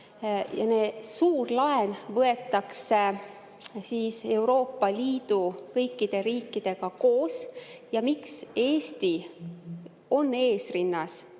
laene. Suur laen võetakse Euroopa Liidu kõikide riikidega koos ja miks Eesti on esirinnas